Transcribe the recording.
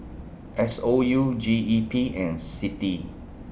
S O U G E P and CITI